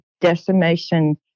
decimation